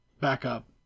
backup